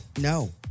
No